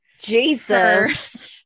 jesus